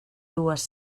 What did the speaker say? dues